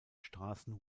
straßen